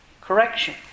Correction